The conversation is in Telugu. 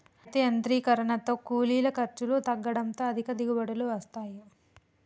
అయితే యాంత్రీకరనతో కూలీల ఖర్చులు తగ్గడంతో అధిక దిగుబడులు వస్తాయి